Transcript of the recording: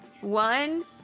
One